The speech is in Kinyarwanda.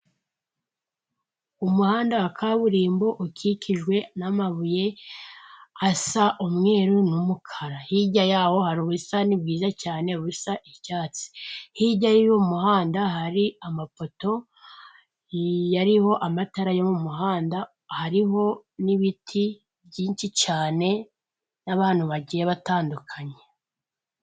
Umuhanda wa kaburimbo ukikijwe n'amabuye asa umweru n'umukara hirya yaho, hari ubusatani bwiza cyane busa icyatsi, hirya y'umuhanda hari amapoto yariho amatara yo mu muhanda, hariho n'ibiti byinshi cyane, n'abantu bagiye batandukanye.